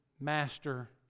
master